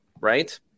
Right